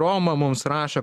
roma mums rašo